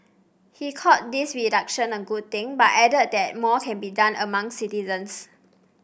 he called this reduction a good thing but added that more can be done among citizens